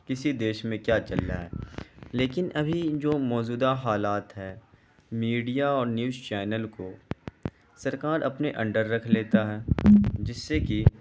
کسی دیش میں کیا چل رہا ہے لیکن ابھی جو موجودہ حالات ہیں میڈیا اور نیوج چینل کو سرکار اپنے انڈر رکھ لیتا ہے جس سے کہ